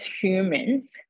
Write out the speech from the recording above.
humans